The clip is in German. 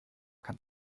kann